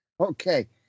Okay